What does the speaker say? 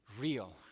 real